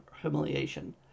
humiliation